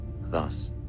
thus